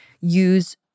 use